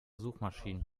suchmaschinen